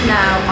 now